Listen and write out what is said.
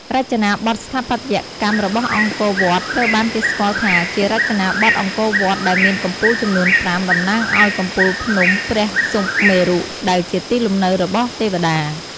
រចនាបថស្ថាបត្យកម្មរបស់អង្គរវត្តត្រូវបានគេស្គាល់ថាជារចនាបថអង្គរវត្ត ដែលមានកំពូលចំនួនប្រាំ តំណាងឱ្យកំពូលភ្នំព្រះសុមេរុ ដែលជាទីលំនៅរបស់ទេវតា។